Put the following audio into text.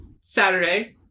Saturday